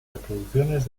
reproducciones